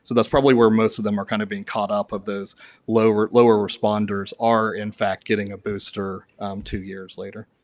so that's probably where most of them are kind of being caught up of those lower lower responders are in fact getting a booster two years later.